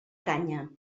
canya